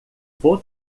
vou